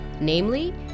namely